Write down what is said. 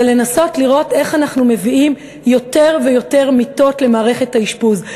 זה לנסות לראות איך אנחנו מביאים יותר ויותר מיטות למערכת האשפוז,